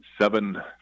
seven